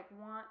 want